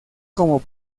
como